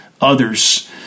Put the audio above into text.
others